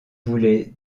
voulait